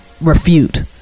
refute